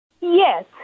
Yes